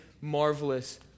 marvelous